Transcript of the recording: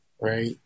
right